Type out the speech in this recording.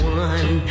one